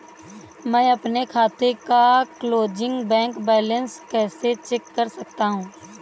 मैं अपने खाते का क्लोजिंग बैंक बैलेंस कैसे चेक कर सकता हूँ?